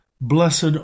Blessed